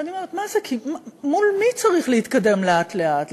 ואני אומרת, מול מי צריך להתקדם לאט-לאט?